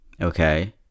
okay